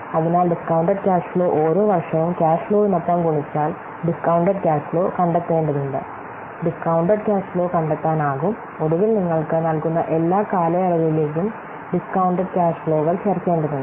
അതിനാൽ discounted cash flow ഓരോ വർഷവും ക്യാഷ് ഫ്ലോവിനൊപ്പം ഗുണിച്ചാൽ ഡികൌണ്ട്ഡെഡ് ക്യാഷ് ഫ്ലോ കണ്ടെത്തേണ്ടതുണ്ട് ഡികൌണ്ട്ഡെഡ് ക്യാഷ് ഫ്ലോ കണ്ടെത്താനാകും ഒടുവിൽ നിങ്ങൾക്ക് നൽകുന്ന എല്ലാ കാലയളവുകളിലേക്കും ഡികൌണ്ട്ഡെഡ് ക്യാഷ് ഫ്ലോകൾ ചേർക്കേണ്ടതുണ്ട്